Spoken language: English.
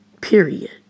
Period